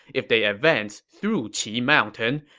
if they advance through qi mountain,